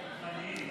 רוחניים,